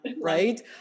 Right